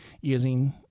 using